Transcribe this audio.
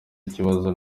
ikibazo